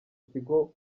ikigo